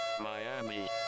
Miami